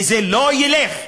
וזה לא ילך,